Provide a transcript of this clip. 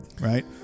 right